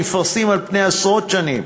נפרסים על פני עשרות שנים.